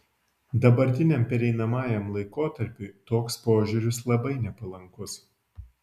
dabartiniam pereinamajam laikotarpiui toks požiūris labai nepalankus